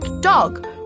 dog